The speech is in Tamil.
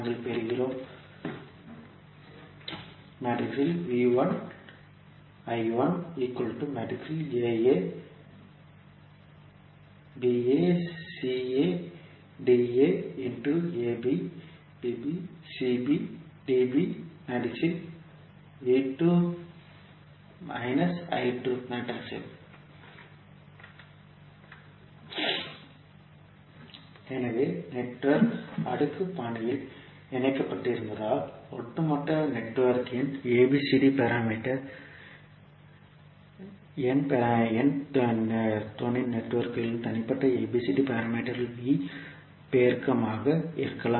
நாங்கள் பெறுகிறோம் எனவே நெட்வொர்க் அடுக்கு பாணியில் இணைக்கப்பட்டிருந்தால் ஒட்டுமொத்த நெட்வொர்க்கின் ஏபிசிடி பாராமீட்டர் n துணை நெட்வொர்க்குகளின் தனிப்பட்ட ஏபிசிடி பாராமீட்டர்களின் V பெருக்கமாக இருக்கலாம்